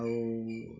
ଆଉ